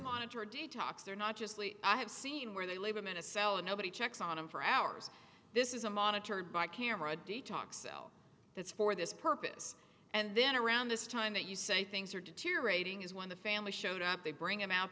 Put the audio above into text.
monitor detox they're not just sleep i have seen where they leave him in a cell and nobody checks on him for hours this is a monitored by camera detox cell that's for this purpose and then around this time that you say things are deteriorating is when the family showed up they bring him out